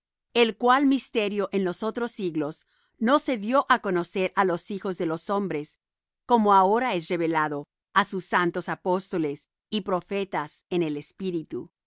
el cual misterio en los otros siglos no se dió á conocer á los hijos de los hombres como ahora es revelado á sus santos apóstoles y profetas en el espíritu